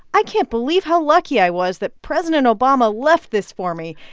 i can't believe how lucky i was that president obama left this for me,